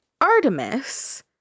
Artemis